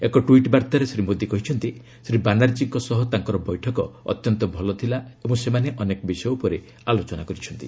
ଏକ ଟ୍ୱିଟ୍ ବାର୍ତ୍ତାରେ ଶ୍ରୀ ମୋଦୀ କହିଛନ୍ତି ଶ୍ରୀ ବାନାର୍ଜୀଙ୍କ ସହ ତାଙ୍କର ବୈଠକ ଅତ୍ୟନ୍ତ ଭଲ ଥିଲା ଓ ସେମାନେ ଅନେକ ବିଷୟ ଉପରେ ଆଲୋଚନା କରିଛନ୍ତି